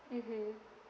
mmhmm